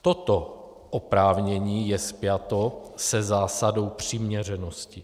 Toto oprávnění je spjato se zásadou přiměřenosti.